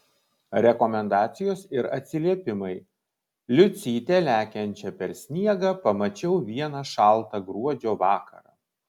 rekomendacijos ir atsiliepimai liucytę lekiančią per sniegą pamačiau vieną šaltą gruodžio vakarą